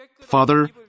Father